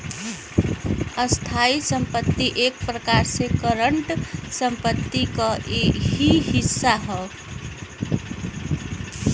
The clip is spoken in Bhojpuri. स्थायी संपत्ति एक प्रकार से करंट संपत्ति क ही हिस्सा हौ